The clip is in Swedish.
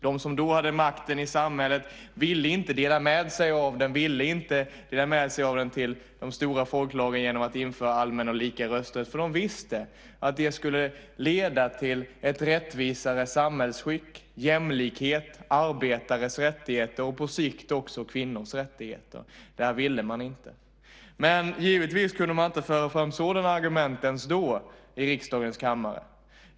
De som då hade makten i samhället ville inte dela med sig av den till de stora folklagren genom att införa allmän och lika rösträtt eftersom de visste att det skulle leda till ett rättvisare samhällsskick, jämlikhet, arbetares rättigheter och på sikt också kvinnors rättigheter. Det ville man inte. Men givetvis kunde man inte föra fram sådana argument ens då i riksdagens kammare.